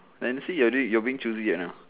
then see you're doing you're being choosy ya now